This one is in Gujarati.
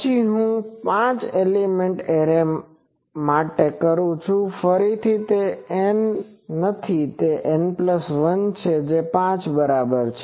પછી હું પાંચ એલિમેન્ટ એરે માટે કરું છું ફરીથી તે N નથી તે N1 છે જે 5 બરાબર છે